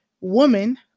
woman